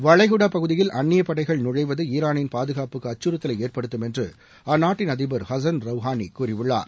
வளைகுடா பகுதியில் அந்நிய படைகள் நுழைவது ஈரானின் பாதுகாப்புக்கு அச்கறுத்தலை ஏற்படுத்தும் என்று அந்நாட்டின் அதிபர் ஹசன் ரவுஹானி கூறியுள்ளார்